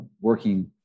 working